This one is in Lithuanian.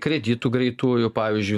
kreditų greitųjų pavyzdžiui